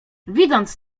widząc